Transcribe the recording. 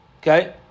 Okay